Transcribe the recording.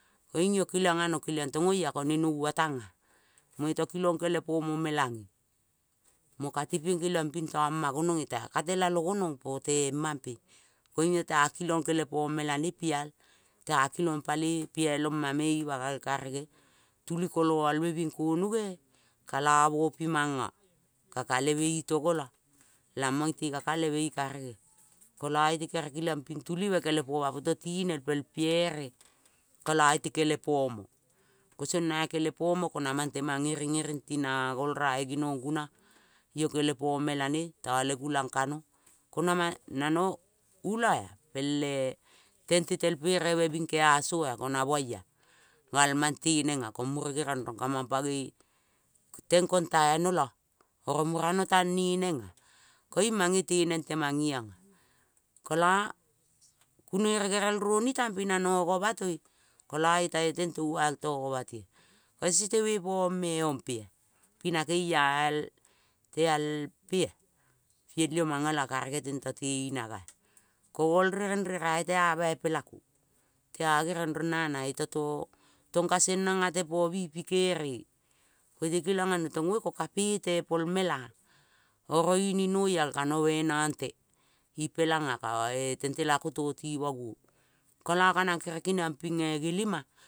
Koiung io keliang ano tong oia kone nova tanga. Moita kilong kelepo melange. Mo ka tepieng keliang ping tama gononge. Tae ka telalo gononong po te mampe. Koing iota kilong kelepomalane pial tea kilong paloi pialomame ima gal karege. Tuli koloa be bing konoge kala bopi manga. Ka kaleme i togo la. Lamang te ka kaleve i karage. Kola iote kere keliong pi tuli be kelepoma poto tinel piel piere. Kola iote kelepomo. Kosong nae kele pomo, kona mang temang iring, iring ti na golrae guno, io kele pomelano tale gulang kano ka nano ula ele tente tel pereve binkeasoa kona baia gal-e mangte nenga. Ko mure geriong rong kamang pangoi teng konta no la. Oro mure notang ne neng. Koiung mange teneng temeing iong. Kola kunei re gere roni tang ping nano gotavoi kola iota io teng toval to govatoi koise te bong po ong me ompea. Pina keia al te al pea piel io manga la karenge tonta to inaga ko gol renre roio tea baipe lako tea geriongrong nang iota to kasendrong at po bi pi kerie koite keliang ano tong vei ko kapete po el meka. Oro ini noial kano bai nangte ipelanga pae tentelako to ti moguo kola kanang kere keniong gelima.